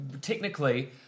Technically